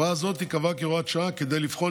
הוראה זו תיקבע כהוראת שעה כדי לבחון